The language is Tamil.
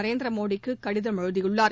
நரேந்திரமோடிக்கு கடிதம் இது எழுதியுள்ளார்